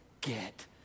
get